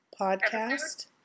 podcast